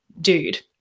dude